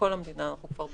בכל המדינה אנחנו כבר ב-20,